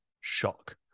Shock